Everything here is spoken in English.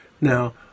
Now